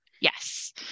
Yes